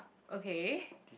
okay